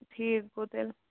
ٹھیٖک گوو تیٚلہِ